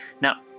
Now